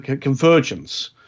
convergence